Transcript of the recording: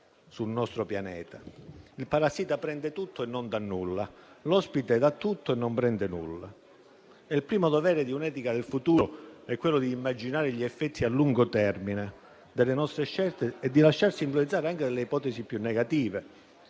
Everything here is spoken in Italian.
Il parassita prende tutto e non dà nulla. L'ospite dà tutto e non prende nulla. E il primo dovere di un'etica del futuro è immaginare gli effetti a lungo termine delle nostre scelte e lasciarsi influenzare anche delle ipotesi più negative.